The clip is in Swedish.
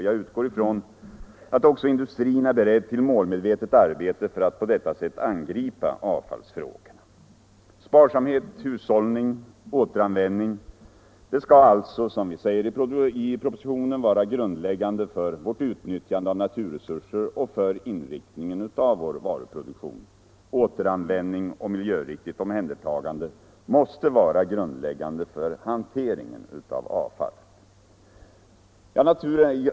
Jag utgår från att också industrin är beredd till målmedvetet arbete för att på det sättet angripa avfallsfrågorna. Sparsamhet, hushållning, återanvändning skall alltså, som det sägs i propositionen, vara grundläggande för vårt utnyttjande av naturresurser och för inriktningen av vår varuproduktion. Återanvändning och miljöriktigt omhändertagande måste vara grundläggande för hanteringen av avfall.